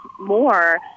more